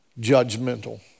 judgmental